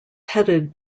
headed